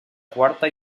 quarta